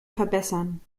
verbessern